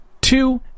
two